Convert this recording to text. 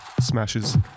smashes